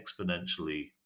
exponentially